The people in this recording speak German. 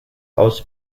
aus